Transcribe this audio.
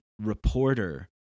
reporter